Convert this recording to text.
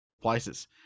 places